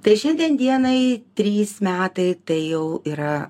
tai šiandien dienai trys metai tai jau yra